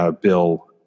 bill